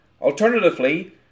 Alternatively